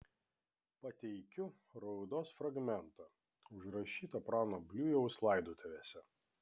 pateikiu raudos fragmentą užrašytą prano bliujaus laidotuvėse